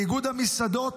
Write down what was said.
לאיגוד המסעדות,